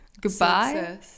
Goodbye